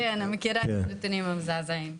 כן, אני מכירה את הנתונים המזעזעים.